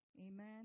Amen